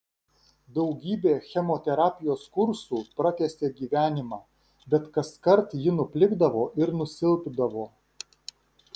daugybė chemoterapijos kursų pratęsė gyvenimą bet kaskart ji nuplikdavo ir nusilpdavo